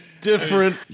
different